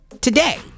today